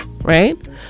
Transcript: right